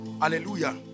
hallelujah